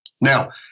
Now